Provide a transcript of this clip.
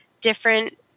different